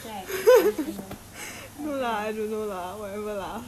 你看你看你看 this is why I say I don't want stay here